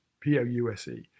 P-O-U-S-E